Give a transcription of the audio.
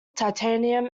titanium